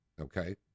Okay